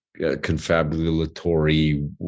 confabulatory